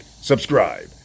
subscribe